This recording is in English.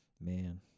man